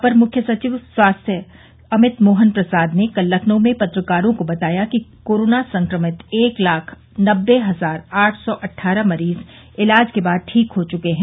अपर मुख्य सचिव स्वास्थ्य अमित मोहन प्रसाद ने कल लखनऊ में पत्रकारों को बताया कि कोरोना संक्रमित एक लाख नबे हजार आठ सौ अट्ठारह मरीज इलाज के बाद ठीक हो चुके हैं